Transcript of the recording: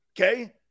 Okay